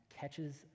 catches